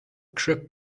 کرپ